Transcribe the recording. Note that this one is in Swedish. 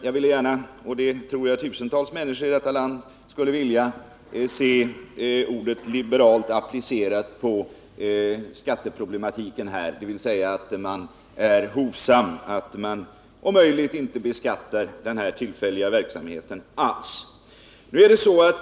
Jag skulle gärna — och det tror jag gäller för tusentals människor i det här landet — vilja se ordet liberal applicerat på skatteproble matiken i det här fallet, dvs. att man är hovsam och att man om möjligt inte alls beskattar den tillfälliga verksamhet det här rör sig om.